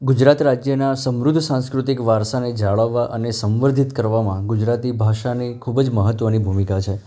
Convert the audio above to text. ગુજરાત રાજ્યના સમૃદ્ધ સાંસ્કૃતિક વારસાને જાળવવા અને સંવર્ધિત કરવામાં ગુજરાતી ભાષાની ખૂબ જ મહત્ત્વની ભૂમિકા છે